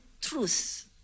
truth